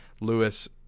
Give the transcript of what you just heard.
Lewis